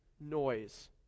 noise